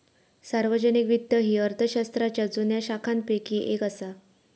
सार्वजनिक वित्त ही अर्थशास्त्राच्या जुन्या शाखांपैकी येक असा